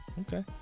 Okay